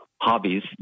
hobbies